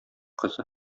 кызы